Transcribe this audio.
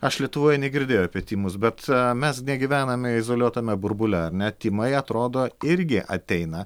aš lietuvoj negirdėjau apie tymus bet mes negyvename izoliuotame burbule ar ne tymai atrodo irgi ateina